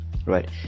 right